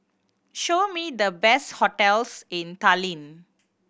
show me the best hotels in Tallinn